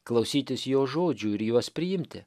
klausytis jo žodžių ir juos priimti